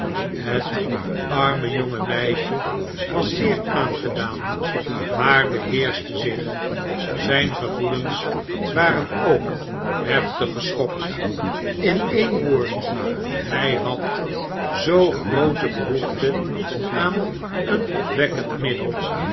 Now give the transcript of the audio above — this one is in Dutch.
het arme jonge meisje was zeer aangedaan maar beheerschte zieh zp gevoelens waren ok heftig geschokt in een woord hij had zoo groote behoefte aan een opwekkend middel